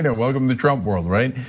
and welcome to trump world, right.